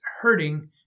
hurting